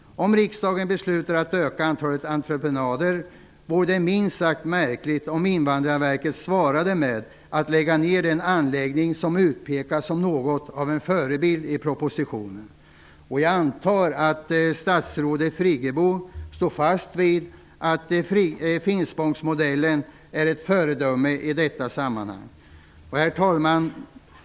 Om riksdagen beslutar att öka antalet entreprenader vore det minst sagt märkligt om Invandrarverket svarade med att lägga ner den anläggning som i propositionen utpekas som något av en förebild. Jag antar att statsrådet Birgit Friggebo står fast vid att Finspångsmodellen är ett föredöme i detta sammanhang. Herr talman!